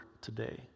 today